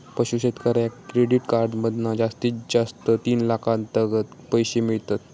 पशू शेतकऱ्याक credit card मधना जास्तीत जास्त तीन लाखातागत पैशे मिळतत